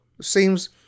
seems